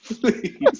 Please